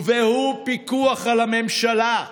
והוא פיקוח על הממשלה.